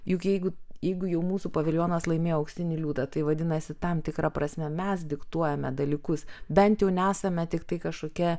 juk jeigu jeigu jau mūsų paviljonas laimėjo auksinį liūtą tai vadinasi tam tikra prasme mes diktuojame dalykus bent jau nesame tiktai kažkokia